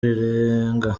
rirenga